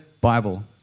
Bible